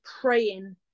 praying